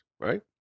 right